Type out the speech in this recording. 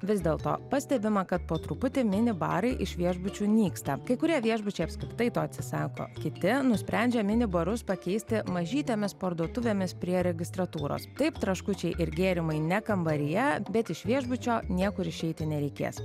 vis dėlto pastebima kad po truputį mini barai iš viešbučių nyksta kai kurie viešbučiai apskritai to atsisako kiti nusprendžia mini barus pakeisti mažytėmis parduotuvėmis prie registratūros kaip traškučiai ir gėrimai ne kambaryje bet iš viešbučio niekur išeiti nereikės